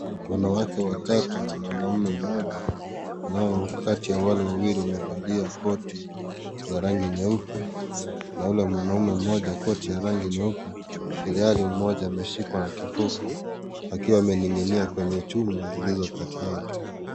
Wanawake watatu na mwanaume mmoja, ambao kati ya wale wawili, wamevalia koti za rangi nyeupe na yule mwanaume mmoja koti ya rangi nyeupe, ilhali mmoja ameshikwa na kifuko akiwa amening'inia kwenye chuma zilizo kati yake.